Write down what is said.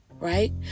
right